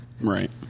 Right